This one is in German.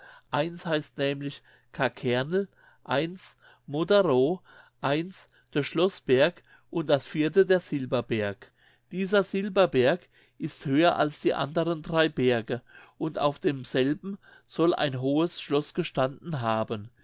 eins heißt nämlich kakernel eins moderow eins de schloßberg und das vierte der silberberg dieser silberberg ist höher als die anderen drei berge und auf demselben soll ein hohes schloß gestanden haben